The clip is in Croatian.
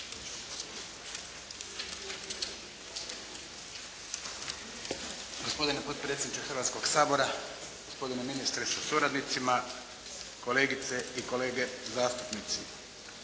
Gospodine potpredsjedniče Hrvatskoga sabora, gospodine ministre sa suradnicima, kolegice i kolege zastupnici.